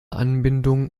anbindung